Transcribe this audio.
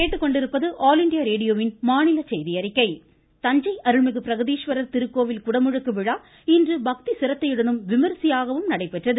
மமமமம குடமுழுக்கு தஞ்சை அருள்மிகு பிரகதீஸ்வரர் திருக்கோவில் குடமுழுக்கு விழா இன்று பக்தி சிரத்தையுடனும் விமரிசையாகவும் நடைபெற்றது